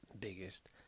biggest